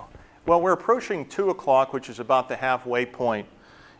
one well we're approaching two o'clock which is about the halfway point